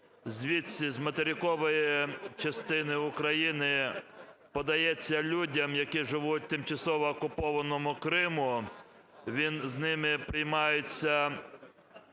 звідси, з материкової частини України, подається людям, які живуть в тимчасово окупованому Криму, він ними сприймається